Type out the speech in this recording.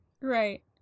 right